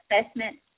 assessment